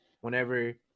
whenever